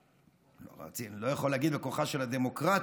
אני לא יכול להגיד שבכוחה של הדמוקרטיה,